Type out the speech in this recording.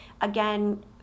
again